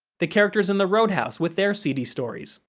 the characters in the roadhouse with their seedy stories.